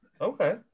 Okay